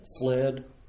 fled